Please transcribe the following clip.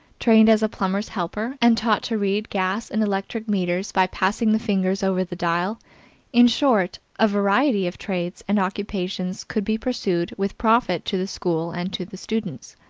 trained as a plumber's helper, and taught to read gas and electric meters, by passing the fingers over the dial in short, a variety of trades and occupations could be pursued with profit to the school and to the students.